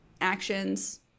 actions